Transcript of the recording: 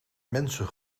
mensen